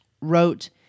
wrote